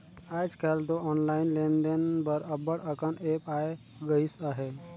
आएज काएल दो ऑनलाईन लेन देन बर अब्बड़ अकन ऐप आए गइस अहे